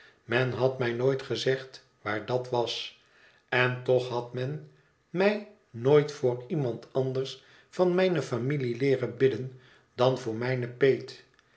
men had mij nooit gezegd waar dat was en toch had men mij nooit voor iemand anders van mijne familie leeren bidden dan voor mijne peet